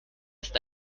ist